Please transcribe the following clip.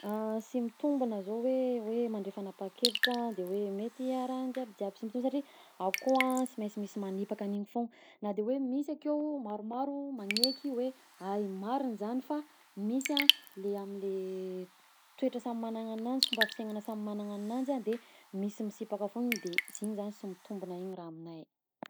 Sy mitombona zao hoe hoe mandray fanampahankevitra de hoe mety arahan'i jiaby jiaby satria akao a sy mainsy misy magnipaka agn'igny foagna na de hoe misy akeo maromaro magneky hoe hay marigny zany fa misy an le am'le toetra samy magnagna ananjy, fomba fisaignagna samy magnagna ananjy a de misy misipaka foagna igny de s'igny zany sy mitombona igny r'aminahy.